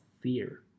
fear